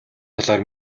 талаар